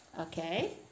Okay